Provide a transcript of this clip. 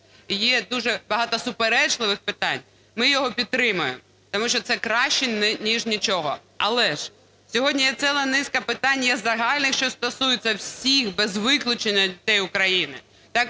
є дуже багато суперечливих питань, ми його підтримаємо, тому що це краще ніж нічого. Але ж сьогодні є ціла низка питань є загальних, що стосується всіх без виключення дітей України,